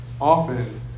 often